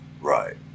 Right